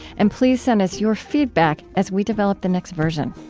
and please send us your feedback as we develop the next version